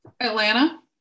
Atlanta